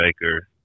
maker